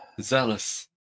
Zealous